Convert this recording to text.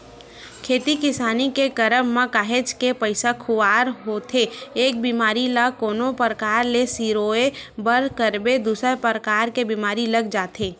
खेती किसानी के करब म काहेच के पइसा खुवार होथे एक बेमारी ल कोनो परकार ले सिरोय बर करबे दूसर परकार के बीमारी लग जाथे